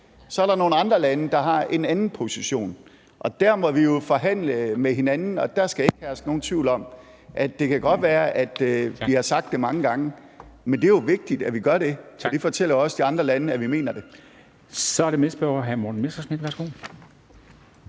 Så er der nogle andre lande, der har en anden position, og der må vi jo forhandle med hinanden. Og der skal ikke herske nogen tvivl om, at vi mener det. Det kan godt være, at vi har sagt det mange gange, men det er jo vigtigt, at vi gør det, for det fortæller jo også de andre lande, at vi mener det. Kl. 13:15 Formanden (Henrik Dam Kristensen): Så er